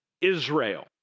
Israel